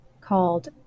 called